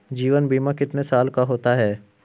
जीवन बीमा कितने साल का होता है?